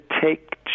take